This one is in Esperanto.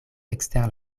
ekster